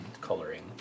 coloring